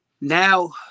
now